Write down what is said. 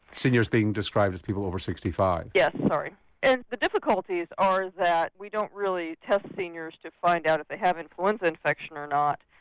seniors being described as people over sixty five? yes, and the difficulties are that we don't really test seniors to find out if they have influenza infection or not,